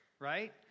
right